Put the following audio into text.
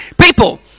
people